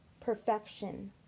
perfection